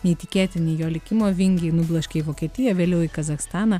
neįtikėtini jo likimo vingiai nubloškė į vokietiją vėliau į kazachstaną